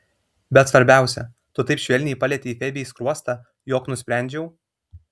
bet svarbiausia tu taip švelniai palietei febei skruostą jog nusprendžiau